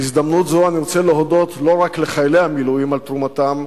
בהזדמנות זו אני רוצה להודות לא רק לחיילי המילואים על תרומתם,